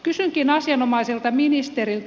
kysynkin asianomaiselta ministeriltä